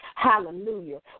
Hallelujah